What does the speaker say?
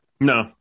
no